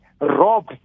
rob